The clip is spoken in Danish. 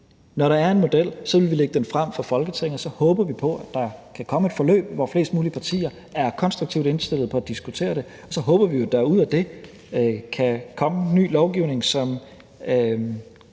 når der er en model, vil vi lægge den frem for Folketinget, og så håber vi på, at der kan komme et forløb, hvor flest mulige partier er konstruktivt indstillede på at diskutere det. Så håber vi jo, at der ud af det kan komme ny lovgivning, som